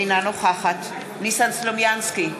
אינה נוכחת ניסן סלומינסקי,